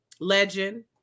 legend